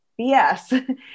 BS